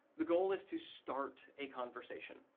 the goal is to start a conversation.